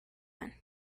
one